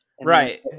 Right